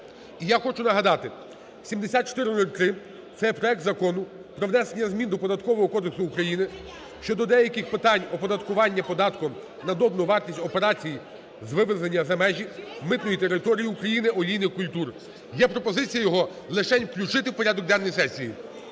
І я хочу нагадати, 7403 - це є проект Закону про внесення змін до Податкового кодексу України щодо деяких питань оподаткування податком на додану вартість операцій з вивезення за межі митної території України олійних культур. Є пропозиція його лишень включити в порядок денний сесії.